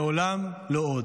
לעולם לא עוד.